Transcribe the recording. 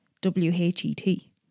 W-H-E-T